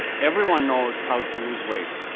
everyone knows how to lose weight,